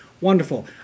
wonderful